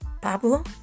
Pablo